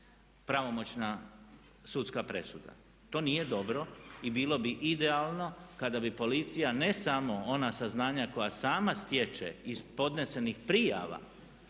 pravomoćna sudska presuda. To nije dobro i bilo bi idealno kada bi policija ne samo ona saznanja koja sama stječe iz podnesenih prijava